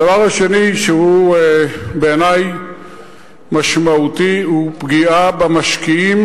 הדבר השני שהוא בעיני משמעותי, הוא פגיעה במשקיעים